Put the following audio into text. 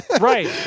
Right